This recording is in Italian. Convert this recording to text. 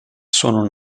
sono